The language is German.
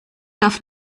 darf